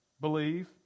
believe